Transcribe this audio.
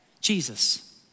Jesus